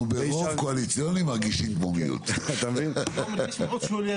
אנחנו מרגישים כמו מיעוט בתוך רוב קואליציוני.